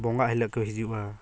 ᱵᱚᱸᱜᱟ ᱦᱤᱞᱚᱜ ᱠᱚ ᱦᱤᱡᱩᱜᱼᱟ